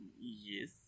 Yes